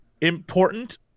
important